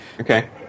Okay